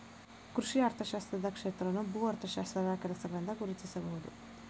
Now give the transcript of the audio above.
ಕೃಷಿ ಅರ್ಥಶಾಸ್ತ್ರದ ಕ್ಷೇತ್ರವನ್ನು ಭೂ ಅರ್ಥಶಾಸ್ತ್ರದ ಕೆಲಸಗಳಿಂದ ಗುರುತಿಸಬಹುದು